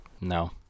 No